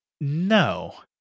No